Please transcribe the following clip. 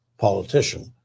politician